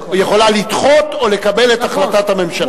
היא יכולה לדחות או לקבל את החלטת הממשלה.